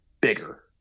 bigger